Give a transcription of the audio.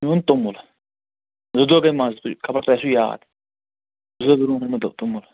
مےٚ اوٗن توٚمُل زٕ دۄہ گٔے منٛزٕ خبر تۄہہِ آسوٕ یاد زٕ دۅہ برٛونٛہہ اوٚن مےٚ توٚمُل